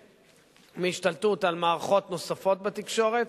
מהשתלטות על מערכות נוספות בתקשורת,